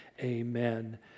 Amen